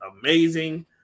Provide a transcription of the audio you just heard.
amazing